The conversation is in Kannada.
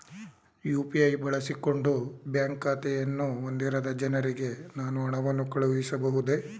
ಯು.ಪಿ.ಐ ಬಳಸಿಕೊಂಡು ಬ್ಯಾಂಕ್ ಖಾತೆಯನ್ನು ಹೊಂದಿರದ ಜನರಿಗೆ ನಾನು ಹಣವನ್ನು ಕಳುಹಿಸಬಹುದೇ?